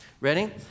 Ready